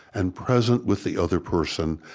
and present with the other person,